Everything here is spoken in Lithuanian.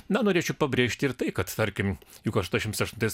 na norėčiau pabrėžti ir tai kad tarkim juk aštuoniasdešimt aštuntais